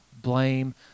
blame